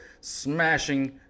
smashing